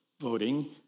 voting